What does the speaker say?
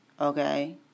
Okay